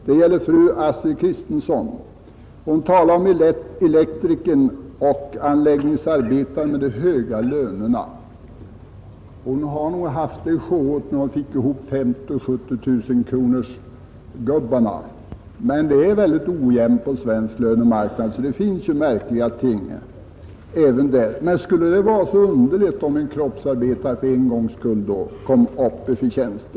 Det gäller fru Astrid Kristensson. Hon talar om elektriker och anläggningsarbetare med höga löner. Hon har nog haft det sjåigt innan hon fick ihop 50 000 och 70 000-kronorsgubbarna. Men det är ojämnt på svensk lönemarknad, så det finns ju märkliga ting även där. Men skulle det i så fall vara så underligt om en kroppsarbetare för en gångs skull kom upp i denna förtjänst?